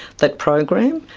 that program,